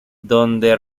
donde